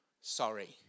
Sorry